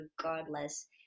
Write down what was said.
regardless